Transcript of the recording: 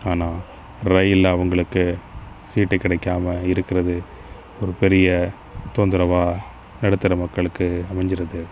ஆனால் ரயிலில் அவங்களுக்கு சீட் கிடைக்காம இருக்கறது ஒரு பெரிய தொந்தரவாக நடுத்தர மக்களுக்கு அமைஞ்சிடுது